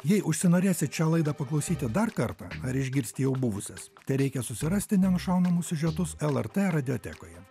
jei užsinorėsit šią laidą paklausyti dar kartą ar išgirsti jau buvusias tereikia susirasti nenušaunamus siužetus lrt radiotekoje